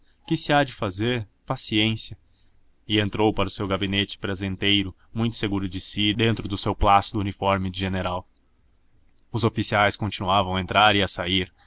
que se há de fazer paciência e entrou para o seu gabinete prazenteiro muito seguro de si dentro do seu plácido uniforme de general os oficiais continuavam a entrar e a sair